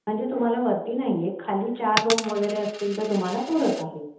म्हणजे तुम्हाला वरती नाही आहे खाली चार रूम वगैरे असतील तर तुम्हाला पूरक आहे